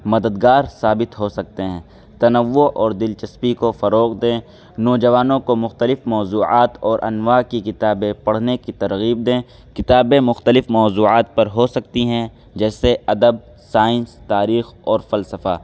مددگار ثابت ہو سکتے ہیں تنوع اور دلچسپی کو فروغ دیں نوجوانوں کو مختلف موضوعات اور انواع کی کتابیں پڑھنے کی ترغیب دیں کتابیں مختلف موضوعات پر ہو سکتی ہیں جیسے ادب سائنس تاریخ اور فلسفہ